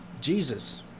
Jesus